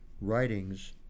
writings